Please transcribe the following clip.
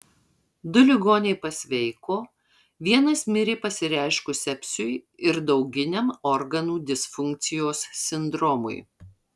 du ligoniai pasveiko vienas mirė pasireiškus sepsiui ir dauginiam organų disfunkcijos sindromui